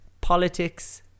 politics